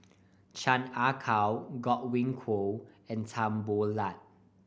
Chan Ah Kow Godwin Koay and Tan Boo Liat